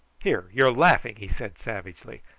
here, you're laughing! he said savagely.